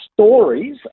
stories